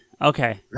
Okay